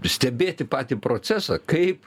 stebėti patį procesą kaip